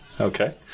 Okay